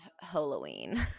halloween